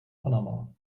panama